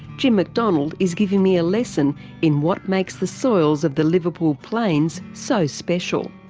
jim mcdonald is giving me a lesson in what makes the soils of the liverpool plains so special.